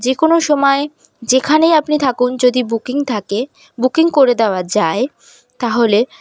যে কোনো সময় যেখানেই আপনি থাকুন যদি বুকিং থাকে বুকিং করে দেওয়া যায় তাহলে